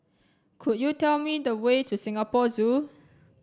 could you tell me the way to Singapore Zoo